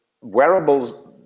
wearables